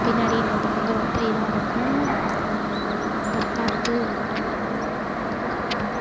பின்னாடி நமக்கு வந்து ரொம்ப இதாக இருக்கும் தற்காப்பு அப்படின்னா தற்காப்பு தான்